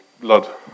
blood